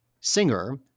singer